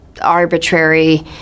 arbitrary